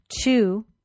two